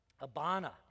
Abana